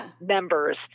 members